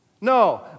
No